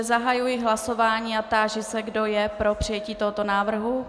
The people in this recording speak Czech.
Zahajuji hlasování a táži se, kdo je pro přijetí tohoto návrhu.